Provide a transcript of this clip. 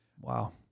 Wow